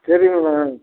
சரிங்கம்மா